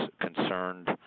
concerned